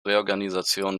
reorganisation